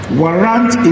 warrant